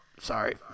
sorry